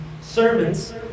servants